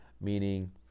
meaning